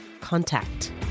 contact